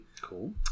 Cool